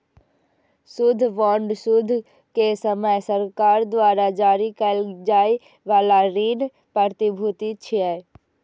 युद्ध बांड युद्ध के समय सरकार द्वारा जारी कैल जाइ बला ऋण प्रतिभूति छियै